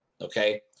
okay